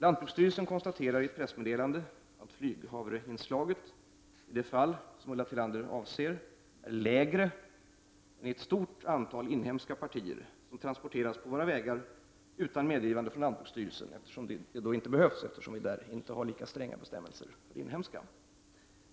Lantbruksstyrelsen konstaterar i ett pressmeddelande att flyghavreinslaget i det fall Ulla Tillander avser är lägre än i ett stort antal inhemska partier som transporteras på våra vägar utan medgivande från lantbruksstyrelsen. Det behövs inte, eftersom vi inte har lika stränga bestämmelser för inhemska partier.